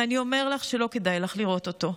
ואני אומר לך שלא כדאי לך לראות אותו.